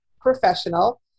professional